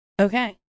Okay